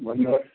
भन्नुहोस्